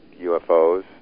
UFOs